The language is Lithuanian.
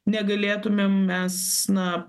negalėtumėm mes na